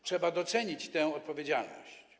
Trzeba docenić tę odpowiedzialność.